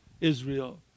Israel